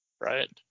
right